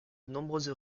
nombreuses